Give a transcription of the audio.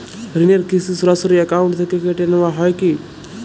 ঋণের কিস্তি সরাসরি অ্যাকাউন্ট থেকে কেটে নেওয়া হয় কি?